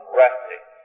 resting